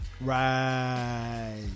right